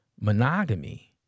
monogamy